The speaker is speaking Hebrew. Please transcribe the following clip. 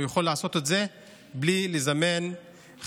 הוא יכול לעשות את זה בלי לזמן חברי